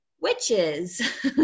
witches